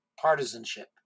partisanship